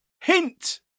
Hint